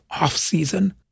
off-season